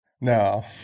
No